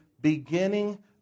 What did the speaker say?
beginning